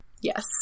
Yes